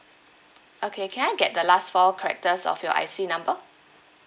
okay can I get the last four characters of your I_C number